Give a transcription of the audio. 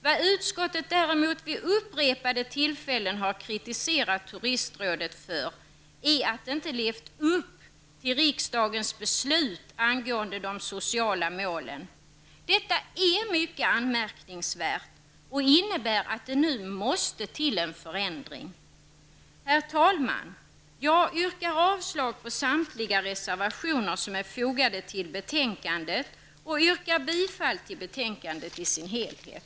Vad utskottet däremot vid upprepade tillfällen har kritiserat turistrådet för, är att det inte levt upp till riksdagens beslut angående de sociala målen. Detta är mycket anmärkningsvärt och innebär att det nu måste till en förändring. Herr talman! Jag yrkar avslag på samtliga reservationer som är fogade till betänkandet och yrkar bifall till betänkandet i sin helhet.